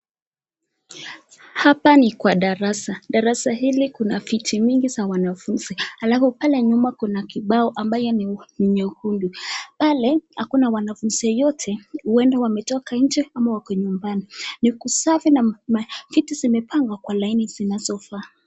Hapa ni kwa darasa. Darasa hili kuna viti nyingi za wanafunzi. Halafu pale nyuma kuna kibao ambayo ni nyekundu. Pale, hakuna wanafunzi yeyote, huenda wametoka nje ama wako nyumbani. Ni kusafi na maviti zimepangwa kwa laini zinazofaa.